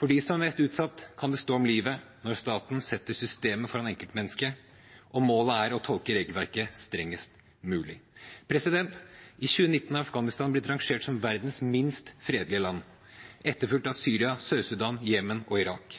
For de som er mest utsatt, kan det stå om livet når staten setter systemet foran enkeltmennesket og målet er å tolke regelverket strengest mulig. I 2019 er Afghanistan blitt rangert som verdens minst fredelige land etterfulgt av Syria, Sør-Sudan, Jemen og Irak.